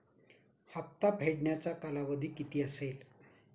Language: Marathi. हप्ता फेडण्याचा कालावधी किती असेल?